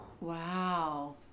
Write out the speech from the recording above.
Wow